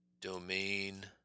domain